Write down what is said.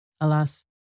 Alas